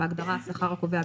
בהגדרה "השכר הקובע",